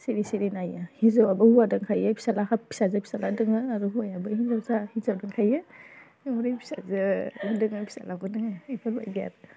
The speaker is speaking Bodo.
सिरि सिरि नायो हिनजावाबो हौवा दंखायो फिसाला फिसाजो फिसाला दङ आरो हौवायाबो हिनजावसा हिनजाव दंखायो ओमफ्राय फिसाजोआ उन्दै गोनां फिसालाबो दङ इफोरबायदि आरो